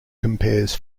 compares